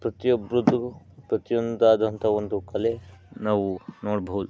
ಪ್ರತಿಯೊಬ್ಬರದ್ದು ಪ್ರತಿಯೊಂದಾದಂಥ ಒಂದು ಕಲೆ ನಾವು ನೋಡ್ಬಹುದು